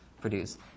produce